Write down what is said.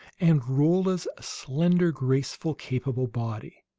and rolla's slender, graceful, capable body.